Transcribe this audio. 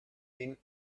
been